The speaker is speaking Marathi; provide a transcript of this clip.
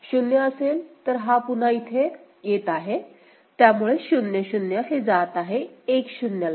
शून्य असेल तर हा पुन्हा इथे येत आहे त्यामुळे 0 0 हे जात आहे 1 0 ला